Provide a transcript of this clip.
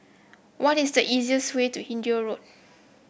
what is the easiest way to Hindhede Road